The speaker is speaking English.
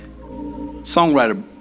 Songwriter